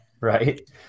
Right